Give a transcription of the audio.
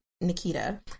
Nikita